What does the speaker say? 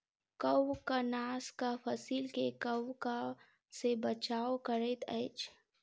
कवकनाशक फसील के कवक सॅ बचाव करैत अछि